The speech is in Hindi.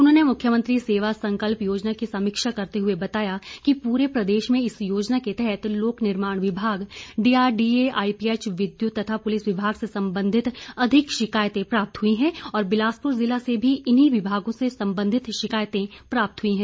उन्होने मुख्यमंत्री सेवा संकल्प योजना की समीक्षा करते हुए बताया कि पूरे प्रदेश में इस योजना के तहत लोक निर्माण विभाग डीआरडीए आईपीएच विद्युत तथा पुलिस विभाग से सम्बन्धित अधिक शिकायतें प्राप्त हुई है और बिलासपुर जिला से भी इन्हीं विभागों से सम्बन्धित शिकायतें प्राप्त हुई है